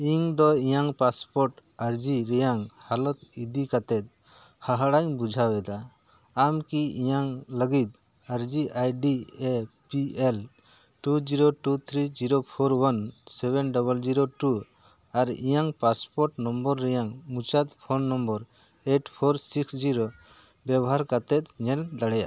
ᱤᱧ ᱫᱚ ᱤᱧᱟᱹᱜ ᱯᱟᱥᱯᱳᱨᱴ ᱟᱨᱡᱤ ᱨᱮᱭᱟᱜ ᱦᱟᱞᱚᱛ ᱤᱫᱤ ᱠᱟᱛᱮᱫ ᱦᱟᱦᱟᱲᱟᱜ ᱤᱧ ᱵᱩᱡᱷᱟᱹᱣᱮᱫᱟ ᱟᱢ ᱠᱤ ᱤᱧᱟᱹᱜ ᱞᱟᱹᱜᱤᱫ ᱟᱨᱡᱤ ID E P L two zero two three zero four one seven double zero two ᱟᱨ ᱤᱧᱟᱹᱜ ᱯᱟᱥᱯᱳᱨᱴ ᱱᱚᱢᱵᱚᱨ ᱨᱮᱭᱟᱜ ᱢᱩᱪᱟᱹᱫ phone number eight four six zero ᱵᱮᱵᱚᱦᱟᱨ ᱠᱟᱛᱮᱫ ᱧᱮᱞ ᱫᱟᱲᱮᱭᱟᱜ ᱟᱢ